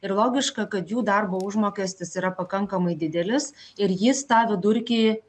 ir logiška kad jų darbo užmokestis yra pakankamai didelis ir jis tą vidurkį